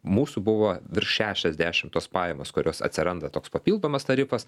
mūsų buvo virš šešiasdešim tos pajamos kurios atsiranda toks papildomas tarifas